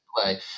play